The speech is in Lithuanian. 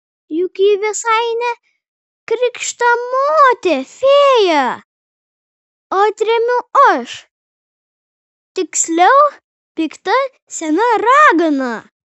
juk ji visai ne krikštamotė fėja atremiu aš tiksliau pikta sena ragana